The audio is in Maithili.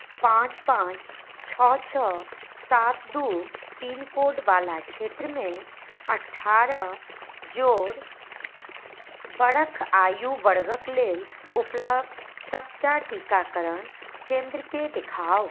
पाँच पाँच छओ छओ सात दू पिनकोडवला क्षेत्रमे अठारह जोड़ बरख आयु वर्गके लेल उपलब्ध सभटा टीकाकरण केन्द्रके देखाउ